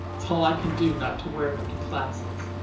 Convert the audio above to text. it's all i can do not to wear them to classes.